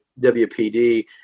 WPD